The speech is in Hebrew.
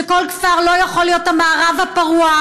שכל כפר לא יכול להיות המערב הפרוע,